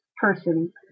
person